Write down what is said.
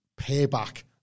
Payback